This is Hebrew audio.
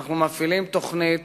אנחנו מפעילים תוכנית